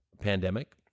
pandemic